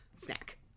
Snack